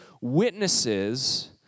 witnesses